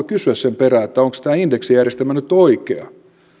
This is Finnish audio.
kysyä perustellusti sen perään että onkos tämä indeksijärjestelmä nyt oikea